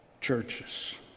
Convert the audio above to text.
churches